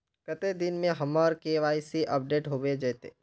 कते दिन में हमर के.वाई.सी अपडेट होबे जयते?